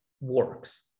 works